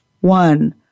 one